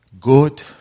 Good